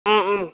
অ অ